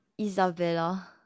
Isabella